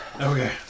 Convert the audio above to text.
Okay